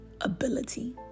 ability